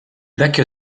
vecchio